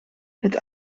het